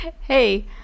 hey